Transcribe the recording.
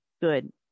good